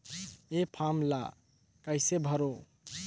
ये फारम ला कइसे भरो?